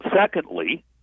secondly